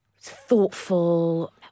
Thoughtful